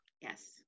Yes